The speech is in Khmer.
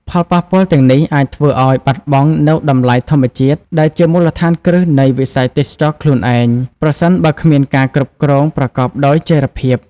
ផលប៉ះពាល់ទាំងនេះអាចធ្វើឲ្យបាត់បង់នូវតម្លៃធម្មជាតិដែលជាមូលដ្ឋានគ្រឹះនៃវិស័យទេសចរណ៍ខ្លួនឯង ប្រសិនបើគ្មានការគ្រប់គ្រងប្រកបដោយចីរភាព។